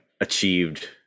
achieved